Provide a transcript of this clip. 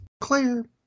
Claire